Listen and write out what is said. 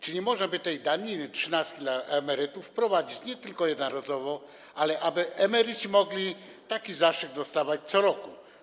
Czy nie można by tej daniny, trzynastki dla emerytów wprowadzić nie tylko jednorazowo, ale tak aby emeryci mogli taki zastrzyk dostawać co roku?